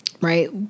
right